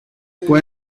può